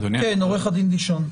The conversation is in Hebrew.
בבקשה.